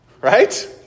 right